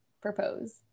propose